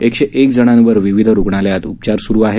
एकशे एक जणांवर विविध रुग्णालयांत उपचार सुरू आहेत